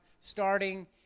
starting